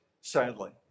sadly